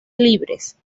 libres